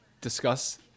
discuss